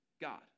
God